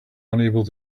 unable